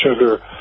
sugar